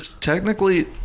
Technically